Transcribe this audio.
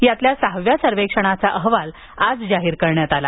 यातल्या सहाव्या सर्वेक्षणाचा अहवाल आज जाहीर करण्यात आला